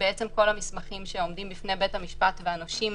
בעצם כל המסמכים שעומדים בפני בית המשפט והנושים